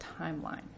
timeline